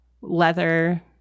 leather